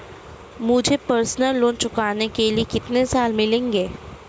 मुझे personal loan चुकाने के लिए कितने साल मिलेंगे?